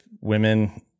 women